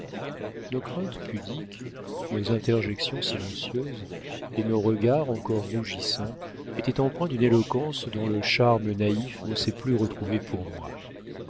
nos craintes pudiques nos interjections silencieuses et nos regards encore rougissants étaient empreints d'une éloquence dont le charme naïf ne s'est plus retrouvé pour moi